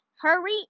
Hurry